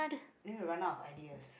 then we run out of ideas